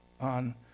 on